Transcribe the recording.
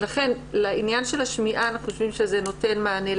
לכן לעניין השמיעה אנחנו חושבים שזה נותן מענה.